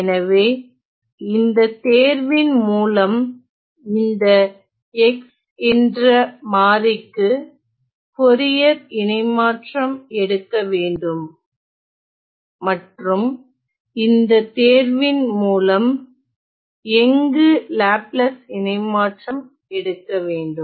எனவே இந்த தேர்வின் மூலம் இந்த x என்ற மாறி க்கு போரியர் இணைமாற்றம் எடுக்க வேண்டும் மற்றும் இந்த தேர்வின் மூலம் எங்கு லாப்லாஸ் இணைமாற்றம் எடுக்க வேண்டும்